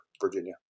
virginia